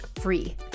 free